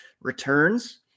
returns